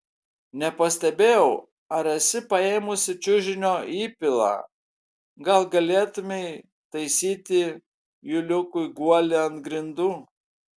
nepastebėjau ar esi paėmusi čiužinio įpilą gal galėtumei taisyti juliukui guolį ant grindų